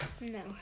No